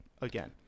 again